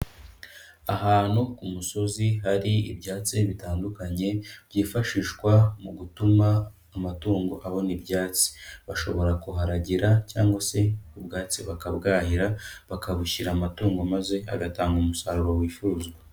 Ahantu ku umusozi hari ibyatsi bitandukanye, byifashishwa mu gutuma amatungo abona ibyatsi. Bashobora kuharagira cyangwa se ubwatsi bakabwahira, bakabushyira amatungo maze agatanga umusaruro wifuzwa.